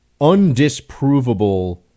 undisprovable